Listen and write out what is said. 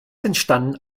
entstanden